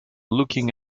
looking